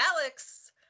Alex